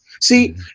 See